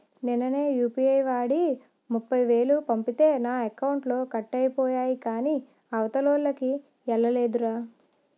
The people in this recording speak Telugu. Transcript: నిన్ననే యూ.పి.ఐ వాడి ముప్ఫైవేలు పంపితే నా అకౌంట్లో కట్ అయిపోయాయి కాని అవతలోల్లకి ఎల్లలేదురా